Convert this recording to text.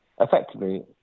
effectively